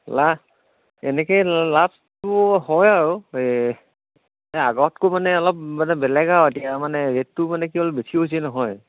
লাভ এনেকৈয়ে লাভটো হয় আৰু এই আগতকৈয়ো মানে অলপ মানে বেলেগ আৰু এতিয়া মানে ৰেটটো মানে কি হ'ল বেছি হৈছে নহয়